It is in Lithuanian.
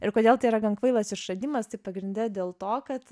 ir kodėl tai yra gan kvailas išradimas tai pagrinde dėl to kad